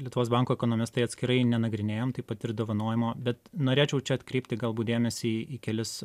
lietuvos banko ekonomistai atskirai nenagrinėjom taip pat ir dovanojimo bet norėčiau čia atkreipti galbūt dėmesį į kelis